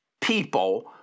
people